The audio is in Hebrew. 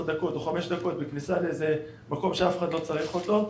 דקות או חמש דקות בכניסה לאיזה מקום שאף אחד לא צריך אותו,